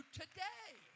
today